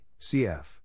CF